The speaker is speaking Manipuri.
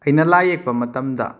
ꯑꯩꯅ ꯂꯥꯏꯌꯦꯛꯄ ꯃꯇꯝꯗ